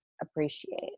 appreciate